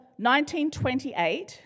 1928